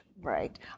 right